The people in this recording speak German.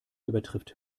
übertrifft